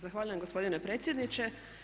Zahvaljujem gospodine predsjedniče.